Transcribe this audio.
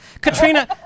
katrina